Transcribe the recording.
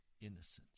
innocence